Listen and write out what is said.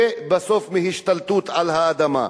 ובסוף מהשתלטות על האדמה.